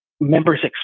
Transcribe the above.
Members